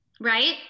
Right